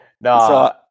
No